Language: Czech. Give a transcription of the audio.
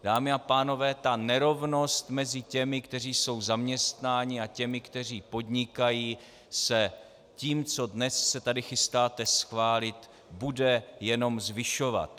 Dámy a pánové, ta nerovnost mezi těmi, kteří jsou zaměstnáni, a těmi, kteří podnikají, se tím, co dnes se tady chystáte schválit, bude jenom zvyšovat.